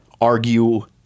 argue